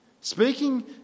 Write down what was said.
Speaking